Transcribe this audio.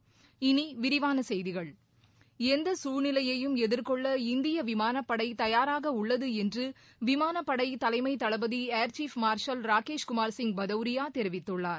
இனி விரிவான செய்திகள் எந்த சூழ்நிலையையும் எதிர்கொள்ள இந்திய விமானப்படை தயாராக உள்ளது என்று விமானப்படை தலைமை தளபதி ஏர்ஷீப் மார்ஷல் ராக்கேஷ்குமார் சிங் பதாரியா தெரிவித்துள்ளார்